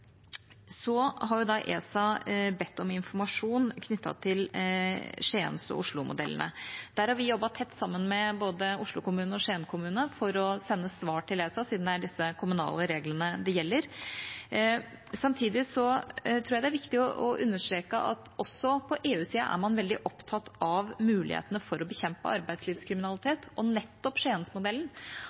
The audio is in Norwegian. tett sammen med både Oslo kommune og Skien kommune for å sende svar til ESA, siden det er disse kommunale reglene det gjelder. Samtidig tror jeg det er viktig å understreke at også på EU-sida er man veldig opptatt av mulighetene for å bekjempe arbeidslivskriminalitet, og nettopp